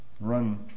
run